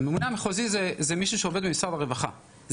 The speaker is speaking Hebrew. הממונה המחוזי זה מישהו שעובד במשרד הרווחה.